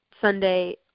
Sunday